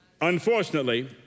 Unfortunately